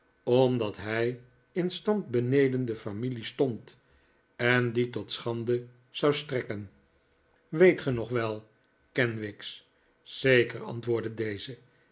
omdat hij in stand beneden de familie stond en die tot schande zou strekken weet ge nog wel kenwigs zeker antwoordde deze